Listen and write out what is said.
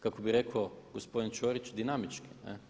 Kako bi rekao gospodin Ćorić dinamično.